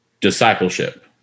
discipleship